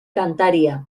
kantaria